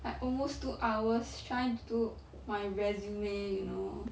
like almost two hours trying to do my resume you know